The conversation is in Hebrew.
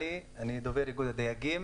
אני דובר איגוד הדייגים